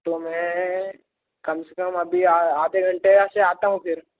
तो मैं कम से कम अभी आधे घंटे से आता हूँ फिर